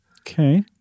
Okay